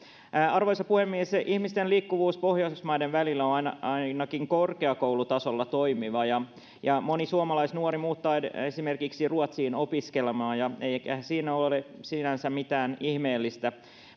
arvoisa puhemies ihmisten liikkuvuus pohjoismaiden välillä on ainakin korkeakoulutasolla toimiva moni suomalaisnuori muuttaa esimerkiksi ruotsiin opiskelemaan eikä siinä ehkä ole sinänsä mitään ihmeellistä